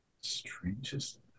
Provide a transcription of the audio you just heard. strangest